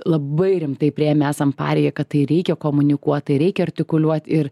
labai rimtai priėmę esam pareigą kad tai reikia komunikuot tai reikia artikuliuot ir